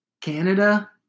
Canada